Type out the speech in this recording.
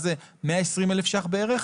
120,000 ₪ בערך,